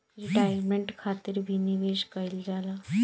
retirement खातिर भी निवेश कईल जाला